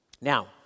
Now